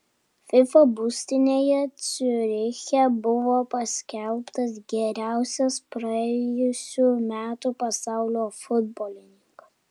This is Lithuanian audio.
fifa būstinėje ciuriche buvo paskelbtas geriausias praėjusių metų pasaulio futbolininkas